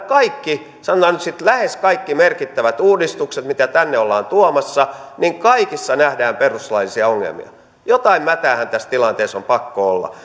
kaikissa sanotaan nyt sitten lähes kaikissa merkittävissä uudistuksissa mitä tänne ollaan tuomassa nähdään perustuslaillisia ongelmia jotain mätäähän tässä tilanteessa on pakko olla